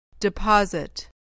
Deposit